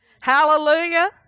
Hallelujah